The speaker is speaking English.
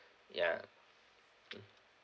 ya